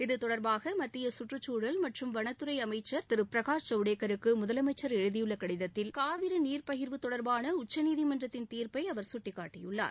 இது தொடர்பாக மத்திய சுற்றுச்சூழல் மற்றும் வனத்துறை அமைச்சர் திரு பிரகாஷ் ஜவடேக்கருக்கு முதலமைச்சர் எழுதியுள்ள கடிதத்தில் காவிரி நீர் பகிர்வு தொடர்பான உச்சநீதிமன்றத்தின் தீர்ப்பை அவர் சுட்டிக்காட்டியுள்ளார்